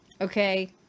Okay